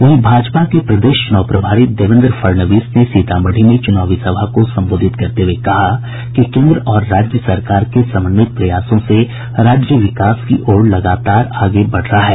वहीं भाजपा के प्रदेश चुनाव प्रभारी देवेन्द्र फड़णवीस ने सीतामढ़ी में चुनावी सभा को संबोधित करते हुए कहा कि केन्द्र और राज्य सरकार के समन्वित प्रयासों से राज्य विकास की ओर लगातार आगे बढ़ रहा है